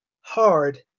hard